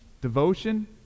devotion